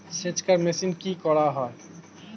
সেকচার মেশিন কি করা হয়?